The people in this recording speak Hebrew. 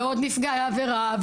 ועוד נפגעי עבירה,